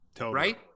right